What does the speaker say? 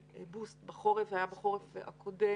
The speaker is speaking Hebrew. בוסט בחורף והיה מאוד יעיל למערכת בחורף הקודם.